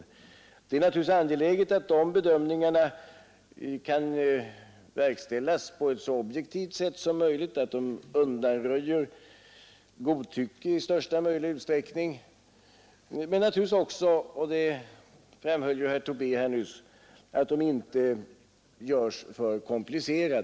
Det är naturligtvis angeläget att sådana översiktliga bedömningar som det där talas om kan verkställas på ett så objektivt sätt som möjligt så att man i största utsträckning undanröjer godtycke. Herr Tobé framhöll också nyss att de inte får göras för komplicerat.